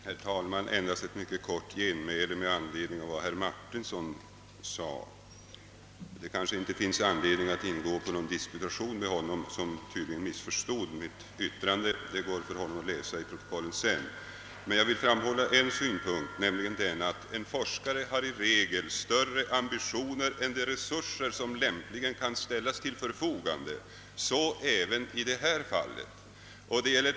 Herr talman! Jag vill endast göra ett mycket kort genmäle med anledning av vad herr Martinsson yttrade. Det kanske inte finns anledning att ingå i mågon disputation med honom, eftersom han tydligen missförstod mitt yttrande — han kan ju läsa protokollet sedan — men jag vill framhålla en synpunkt, nämligen den att en forskare i regel har större ambitioner än de resurser som anses möjliga att ställas till förfogande. Så är (det även i detta fall.